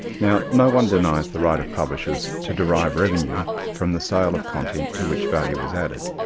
now no one denies the right of publishers to derive revenue from the sale of content to which value is added.